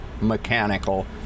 mechanical